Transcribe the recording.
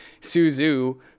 Suzu